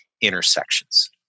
intersections